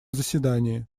заседании